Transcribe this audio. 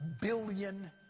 billion